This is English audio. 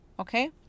Okay